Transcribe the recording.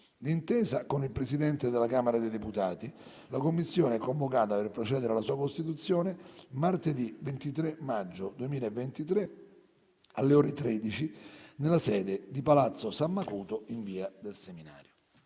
D'intesa con il Presidente della Camera dei deputati, la Commissione è convocata per procedere alla sua costituzione martedì 23 maggio 2023, alle ore 13, nella sede di Palazzo San Macuto, in via del Seminario.